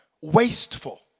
Wasteful